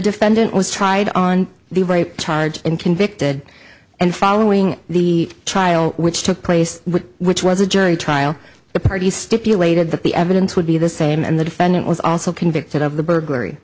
defendant was tried on the rape charge and convicted and following the trial which took place which was a jury trial the parties stipulated that the evidence would be the same and the defendant was also convicted of the burglary